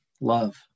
love